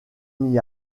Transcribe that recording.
n’y